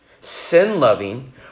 sin-loving